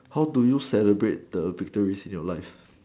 how do you celebrate the victories in your life